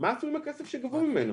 מה עשו עם הכסף שגבו ממנו.